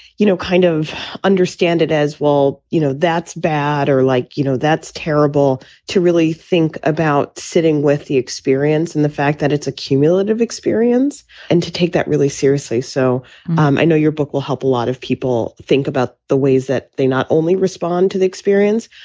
you know, kind of understand it as well. you know, that's bad or like, you know, that's terrible to really think about sitting with the experience and the fact that it's a cumulative experience and to take that really seriously. so um i know your book will help a lot of people think about the ways that they not only respond to the experience,